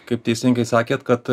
kaip teisingai sakėt kad